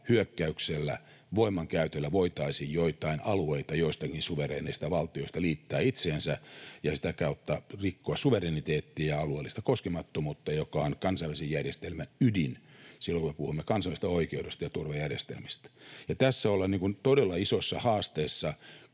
hyökkäyksellä ja voimankäytöllä voitaisiin joitain alueita joistakin suvereeneista valtioista liittää itselleen ja sitä kautta rikkoa suvereniteettia ja alueellista koskemattomuutta, joka on kansainvälisen järjestelmän ydin, silloin kun me puhumme kansainvälisestä oikeudesta ja turvajärjestelmistä. Tässä ollaan todella isossa haasteessa,